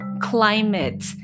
climate